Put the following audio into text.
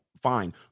fine